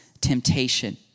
temptation